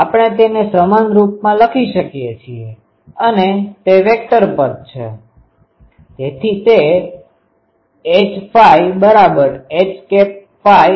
આપણે તેને સમાન રૂપમાં લખી શકીએ છીએ અને તે વેક્ટરvectorસદિશ પદ છે